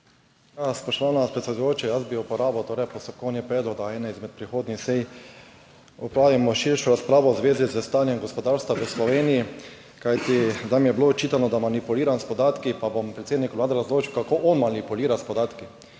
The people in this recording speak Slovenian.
Spoštovana predsedujoča, jaz bi uporabil postopkovni predlog, da na eni izmed prihodnjih sej opravimo širšo razpravo v zvezi s stanjem gospodarstva v Sloveniji. Zdaj mi je bilo očitano, da manipuliram s podatki, pa bom predsedniku Vlade razložil, kako on manipulira s podatki.